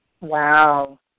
Wow